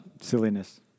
silliness